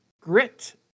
Grit